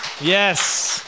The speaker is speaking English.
Yes